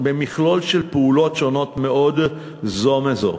במכלול של פעולות שונות מאוד זו מזו.